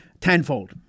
tenfold